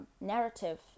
narrative